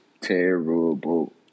terrible